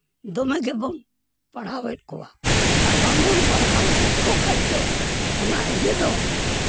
ᱫᱚᱢᱮᱜᱮᱵᱚᱱ ᱯᱟᱲᱦᱟᱣᱮᱜ ᱠᱚᱣᱟ ᱵᱟᱝᱵᱚᱱ ᱯᱟᱲᱦᱟᱣ ᱞᱮᱠᱚ ᱠᱷᱟᱡ ᱫᱚ ᱚᱱᱟ ᱤᱭᱟᱹ ᱫᱚ